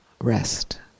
rest